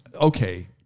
okay